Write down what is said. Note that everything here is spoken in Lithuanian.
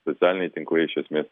socialiniai tinklai iš esmės